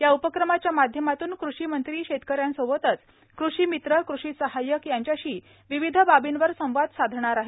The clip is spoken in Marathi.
या उपक्रमाच्या माध्यमातून कृषी मंत्री शेतकऱ्यांसोबतच कृषीमित्र कृषी सहाय्यक यांच्याशी विविध बाबींवर संवाद साधणार आहेत